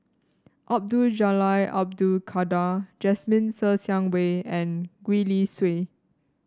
Abdul Jalil Abdul Kadir Jasmine Ser Xiang Wei and Gwee Li Sui